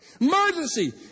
Emergency